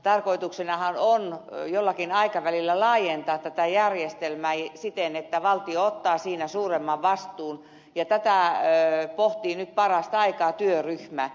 tarkoituksenahan on jollakin aikavälillä laajentaa tätä järjestelmää siten että valtio ottaa siinä suuremman vastuun ja tätä pohtii nyt parastaikaa työryhmä